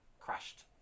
crashed